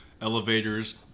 elevators